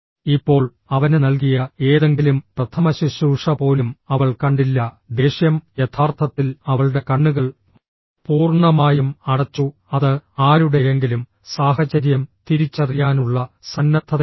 ഇപ്പോൾ അവന് നൽകിയ ഏതെങ്കിലും പ്രഥമശുശ്രൂഷ പോലും അവൾ കണ്ടില്ല ദേഷ്യം യഥാർത്ഥത്തിൽ അവളുടെ കണ്ണുകൾ പൂർണ്ണമായും അടച്ചു അത് ആരുടെയെങ്കിലും സാഹചര്യം തിരിച്ചറിയാനുള്ള സന്നദ്ധതയാണ്